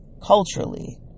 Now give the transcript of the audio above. culturally